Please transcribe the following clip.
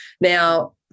Now